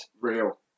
real